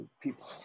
people